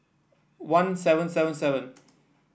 one seven seven seven